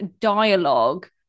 Dialogue